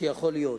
שיכול להיות.